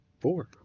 four